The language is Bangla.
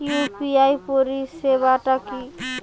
ইউ.পি.আই পরিসেবাটা কি?